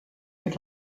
mit